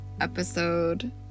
episode